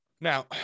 now